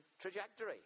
trajectory